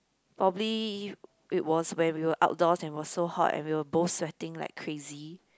probably it was when we were outdoors and was so hot and we were both sweating like crazy